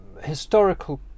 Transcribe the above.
historical